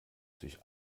sich